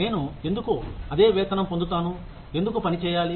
నేను ఎందుకు అదే వేతనం పొందుతాను ఎందుకు పని చేయాలి